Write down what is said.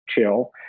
chill